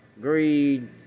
greed